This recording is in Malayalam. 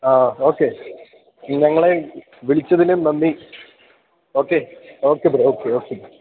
ആ ഓക്കെ ഞങ്ങളെ വിളിച്ചതിന് നന്ദി okay okay bro okay okay